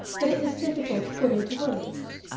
that it is difficult to put into words.